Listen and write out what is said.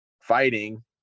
fighting